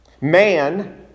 Man